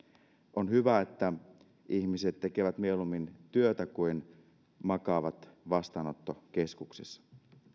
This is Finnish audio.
on hyvä että ihmiset mieluummin tekevät työtä kuin makaavat vastaanottokeskuksissa